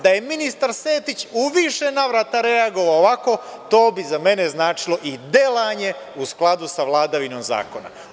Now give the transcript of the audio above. Da je ministar Sertić u više navrata reagovao ovako, to bi za mene značilo i delanje u skladu sa vladavinom zakona.